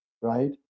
right